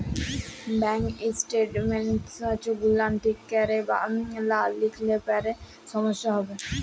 bank statements গুলান ঠিক ক্যরে লা লিখলে পারে সমস্যা হ্যবে